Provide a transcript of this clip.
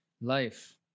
life